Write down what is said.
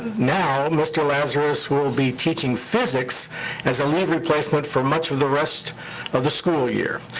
now, mr. lazarus will be teaching physics as a leave replacement for much of the rest of the school year.